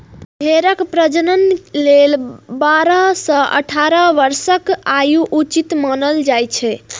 भेड़क प्रजनन लेल बारह सं अठारह वर्षक आयु उचित मानल जाइ छै